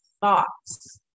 thoughts